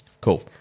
cool